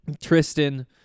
Tristan